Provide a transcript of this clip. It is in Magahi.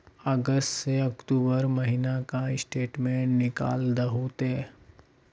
अगस्त से अक्टूबर महीना का स्टेटमेंट निकाल दहु ते?